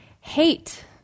Hate